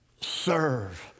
serve